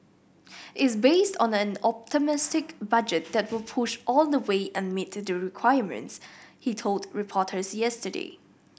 is based on an optimistic budget that will push all the way and meet the requirements he told reporters yesterday